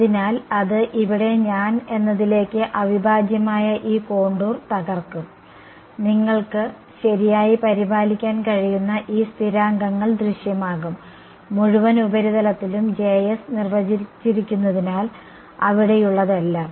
അതിനാൽ അത് ഇവിടെ ഞാൻ എന്നതിലേക്ക് അവിഭാജ്യമായ ഈ കോണ്ടൂർ തകർക്കും നിങ്ങൾക്ക് ശരിയായി പരിപാലിക്കാൻ കഴിയുന്ന ഈ സ്ഥിരാങ്കങ്ങൾ ദൃശ്യമാകും മുഴുവൻ ഉപരിതലത്തിലും നിർവചിച്ചിരിക്കുന്നതിനാൽ അവിടെയുള്ളതെല്ലാം